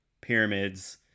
pyramids